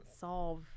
solve